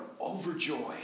overjoyed